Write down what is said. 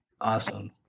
Awesome